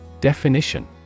Definition